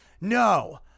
No